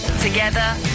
Together